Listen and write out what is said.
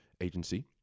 agency